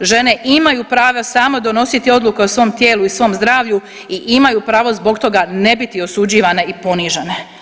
žene imaju prava same donositi odluke o svom tijelu i svom zdravlju i imaju pravo zbog toga ne biti osuđivane i ponižene.